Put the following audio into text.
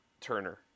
Turner